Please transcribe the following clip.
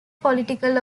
political